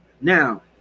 now